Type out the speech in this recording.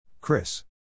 Chris